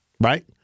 right